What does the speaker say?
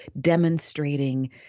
demonstrating